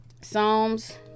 psalms